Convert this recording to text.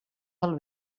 pel